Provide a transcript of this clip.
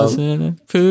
Poop